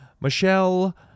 Michelle